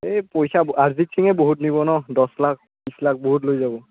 এই পইচা অৰিজিত সিঙে বহুত নিব ন দছ লাখ বিছ লাখ বহুত লৈ যাব